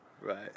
Right